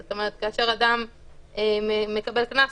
זאת אומרת, כאשר אדם מקבל קנס,